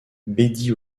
betty